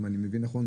אם אני מבין נכון,